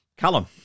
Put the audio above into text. Callum